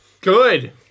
Good